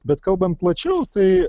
bet kalbant plačiau tai